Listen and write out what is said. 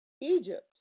Egypt